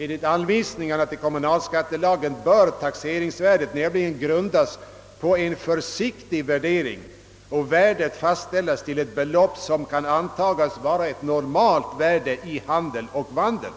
Enligt anvisningarna till kommunalskattelagen bör taxeringsvärdet nämligen grundas på en försiktig värdering och värdet fastställas till ett belopp som kan antagas vara ett normalt värde i handel och vandel.